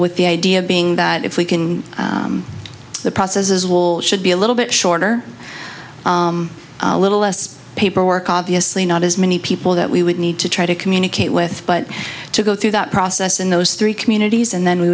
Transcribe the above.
with the idea being that if we can the processes will should be a little bit shorter a little less paperwork obviously not as many people that we would need to try to communicate with but to go through that process in those three communities and then we